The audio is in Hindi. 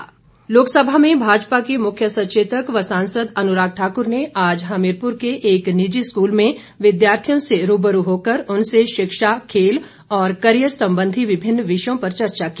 अनुराग लोकसभा में भाजपा के मुख्य सचेतक व सांसद अनुराग ठाक्र ने आज हमीरपुर के एक निजी स्कूल में विद्यार्थियों से रूबरू होकर उनसे शिक्षा खेल और कैरियर संबंधी विभिन्न विषयों पर चर्चा की